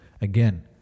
Again